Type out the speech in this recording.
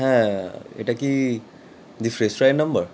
হ্যাঁ এটা কি দি ফ্রেশ ফ্রাইয়ের নম্বর